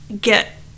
get